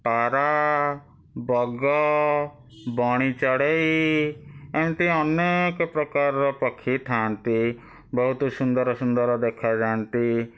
ପାରା ବଗ ବଣି ଚଢ଼େଇ ଏମିତି ଅନେକପ୍ରକାରର ପକ୍ଷୀ ଥାଆନ୍ତି ବହୁତ ସୁନ୍ଦର ସୁନ୍ଦର ଦେଖାଯାଆନ୍ତି